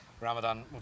ramadan